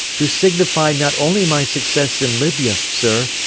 to signify not only my success in libya, sir,